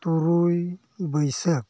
ᱛᱩᱨᱩᱭ ᱵᱟᱹᱭᱥᱟᱹᱠᱷ